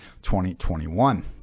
2021